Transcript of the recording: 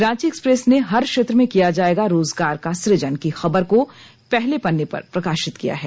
Ranchi Express ने हर क्षेत्र में किया जायेगा रोजगार का सुजन की खबर को पहले पन्ने पर प्रकाशित किया है